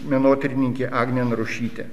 menotyrininkė agnė narušytė